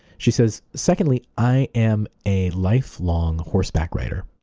she says secondly, i am a lifelong horseback rider.